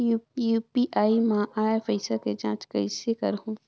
UPI मा आय पइसा के जांच कइसे करहूं?